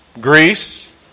Greece